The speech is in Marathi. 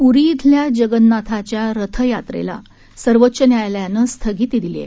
पुरी इथल्या जगन्नाथाच्या रथयात्रेला सर्वोच्च न्यायालयानं स्थगिती दिली आहे